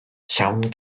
llawn